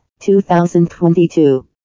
2022